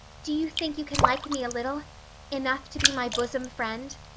do you think you can like me a little enough to be my bosom friend?